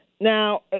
Now